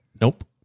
nope